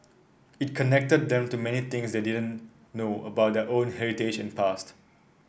it connected them to many things they didn't know about their own heritage and past